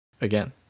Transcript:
again